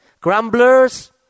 grumblers